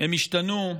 הם ישתנו.